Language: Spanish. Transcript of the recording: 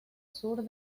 sur